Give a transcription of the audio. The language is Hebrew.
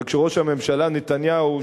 הרי כשראש הממשלה נתניהו,